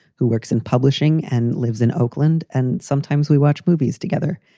who works in publishing and lives in oakland. and sometimes we watch movies together,